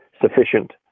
sufficient